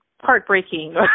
heartbreaking